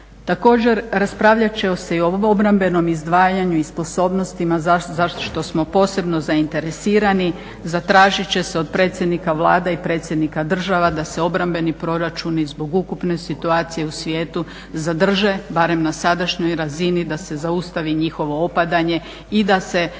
Također, raspravljat će se i o obrambenom izdvajanju i sposobnostima za što smo posebno zainteresirani, zatražit će se od predsjednika Vlada i predsjednika država da se obrambeni proračuni zbog ukupne situacije u svijetu zadrže barem na sadašnjoj razini, da se zaustavi njihovo opadanje i da se